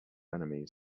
enemies